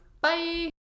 bye